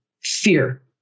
fear